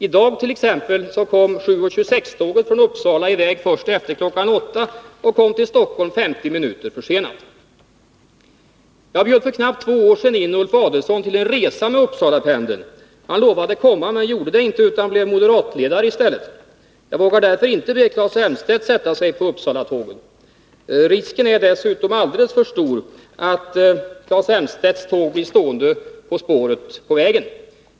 I dag t.ex. kom 7.26-tåget från Uppsala i väg först efter klockan 8 och kom till Stockholm 50 minuter försenat. Jag bjöd för knappt två år sedan in Ulf Adelsohn till en resa med Uppsalapendeln. Han lovade komma, men gjorde det inte utan blev moderatledare i stället. Jag vågar därför inte be Claes Elmstedt sätta sig på Uppsalatåget. Risken är dessutom alldeles för stor att Claes Elmstedts tåg blir stående på spåret under resan.